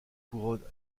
couronnes